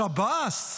השב"ס?